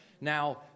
Now